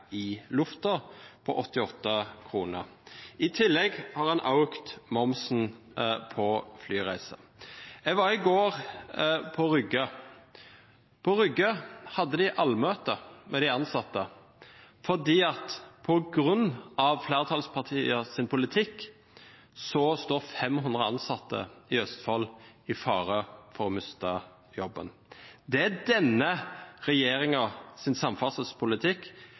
i luften – 88 kr. I tillegg har man økt momsen på flyreiser. Jeg var i går på Moss lufthavn Rygge. Der hadde de allmøte med de ansatte fordi 500 ansatte i Østfold står i fare for å miste jobben på grunn av flertallspartienes politikk. Det er konsekvensen av denne regjeringens samferdselspolitikk.